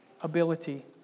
ability